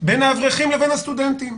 בין האברכים לבין הסטודנטים.